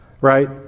Right